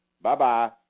Bye-bye